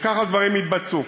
וככה הדברים יתבצעו.